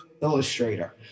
Illustrator